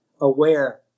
aware